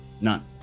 None